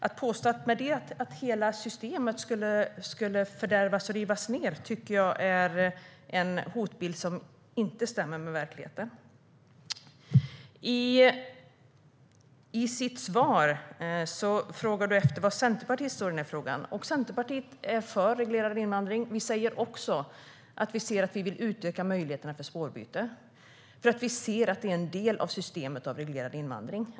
Att påstå att hela systemet skulle fördärvas och rivas ned på grund av det är en hotbild som inte stämmer med verkligheten. Ministern frågade var Centerpartiet står i frågan. Centerpartiet är för reglerad invandring. Vi säger också att vi vill utöka möjligheterna till spårbyte. Vi anser att det är en del av systemet med reglerad invandring.